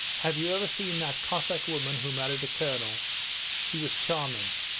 have you ever seen that cossack woman who married a colonel she was charming!